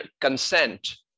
consent